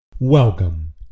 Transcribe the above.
Welcome